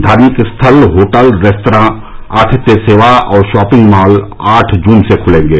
धार्मिक स्थल hotel restaurant आतिथ्य सेवा और शॉपिंग मॉल आठ जून से खुलेंगे